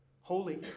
Holy